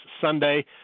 Sunday